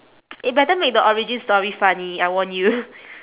eh better make the origin story funny I warn you